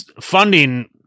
funding